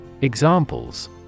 EXAMPLES